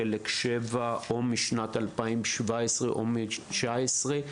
משנת 2017 או 2019,